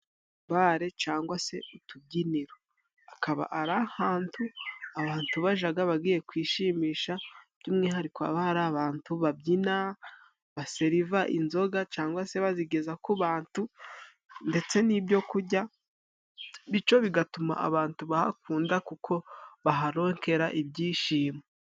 Bare cangwa se utubyiniro. Akaba ari ahantu abantu bajaga bagiye kwishimisha, by'umwihariko haba hari abantu babyina, baseriva inzoga, cangwa se bazigeza ku bantu ndetse n'ibyo kujya, bityo bigatuma abantu bahakunda kuko baharonkera ibyishimo.